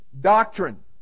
doctrine